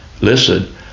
listen